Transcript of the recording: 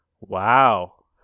Wow